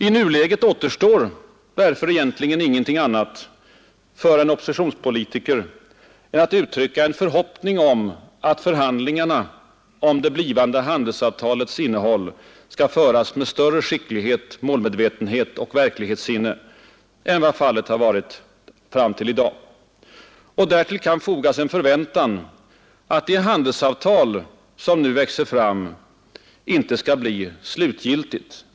I nuläget återstår därför egentligen ingenting annat för en oppositionspolitiker än att uttrycka en förhoppning om att förhandlingarna om det blivande handelsavtalets innehåll skall föras med större skicklighet, målmedvetenhet och verklighetssinne än vad fallet har varit fram till i dag. Och därtill kan fogas en förväntan, att det handelsavtal som nu växer fram inte skall bli slutgiltigt.